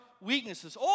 weaknesses